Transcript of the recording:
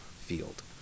field